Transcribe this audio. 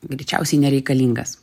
greičiausiai nereikalingas